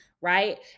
right